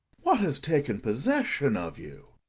what has taken possession of you?